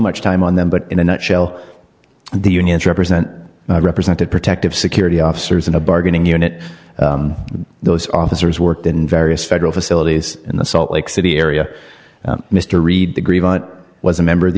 much time on them but in a nutshell the unions represent represented protective security officers in a bargaining unit those officers worked in various federal facilities in the salt lake city area mr reed the grievance was a member of the